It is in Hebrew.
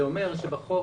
זה אומר שבחורף